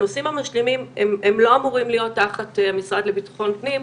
הנושאים המשלימים לא אמורים להיות תחת המשרד לביטחון הפנים,